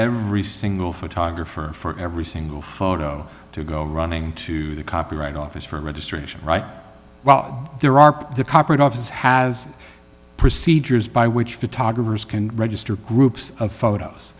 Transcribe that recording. every single photographer for every single photo to go running to the copyright office for registration right well there are the copyright office has procedures by which photographers can register groups of photos